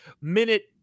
minute